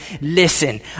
listen